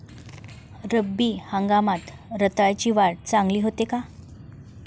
रब्बी हंगामात रताळ्याची वाढ चांगली होते का?